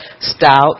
stout